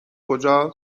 کجا